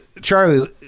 Charlie